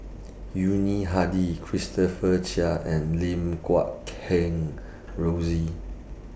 Yuni Hadi Christopher Chia and Lim Guat Kheng Rosie